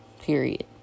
period